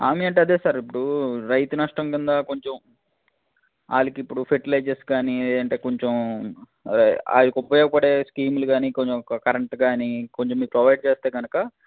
హామీ అంటే అదే సార్ ఇప్పుడు రైతు నష్టం క్రింద కొంచెం వాళ్ళకి ఇప్పుడు ఫెర్టిలైజర్స్ కానీ లేదంటే కొంచెం వాళ్ళకి ఉపయోగపడే స్కీమ్లు కానీ కొంచెం కరెంటు కానీ కొంచెం మీరు ప్రొవైడ్ చేస్తే కనుక